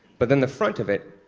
but then the front of it